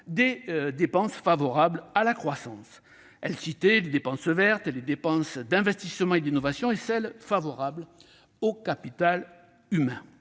des dépenses favorables à la croissance. Elle citait les dépenses vertes, les dépenses d'investissement et d'innovation et celles qui sont favorables au capital humain.